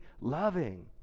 loving